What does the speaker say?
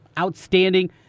outstanding